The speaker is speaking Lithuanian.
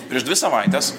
prieš dvi savaites